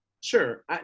Sure